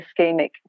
ischemic